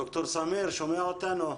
דוקטור סמיר, שומע אותנו?